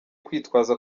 kwitwaza